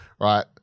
right